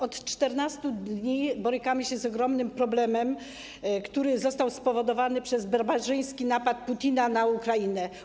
Od 14 dni borykamy się z ogromnym problemem, który został spowodowany przez barbarzyński napad Putina na Ukrainę.